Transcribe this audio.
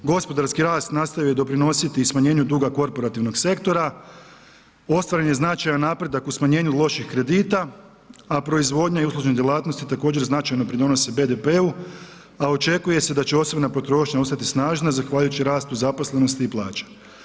Gospodarski rast nastavio je doprinositi i smanjenju duga korporativnog sektora, ostvaren je značajan napredak u smanjenju loših kredita, a proizvodnja i uslužne djelatnosti također značajno pridonose BDP-u, a očekuje se da će osobna potrošnja ostati snažna zahvaljujući rastu zaposlenosti i plaća.